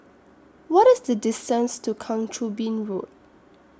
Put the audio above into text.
What IS The distance to Kang Choo Bin Road